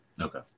Okay